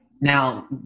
now